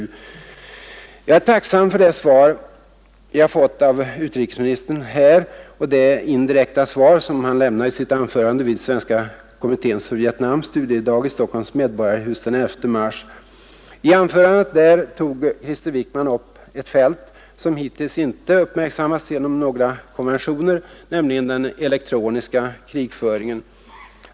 Jag är tacksam för det svar jag har fått av utrikesministern här och det indirekta svar som han lämnade i sitt anförande vid Svenska kommitténs för Vietnam studiedag i Medborgarhuset den 11 mars. I sitt anförande där berörde Krister Wickman ett fält som hittills inte uppmärksammats genom några konventioner, nämligen den elektroniska krigföringen.